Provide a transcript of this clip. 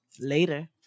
Later